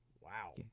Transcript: Wow